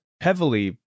heavily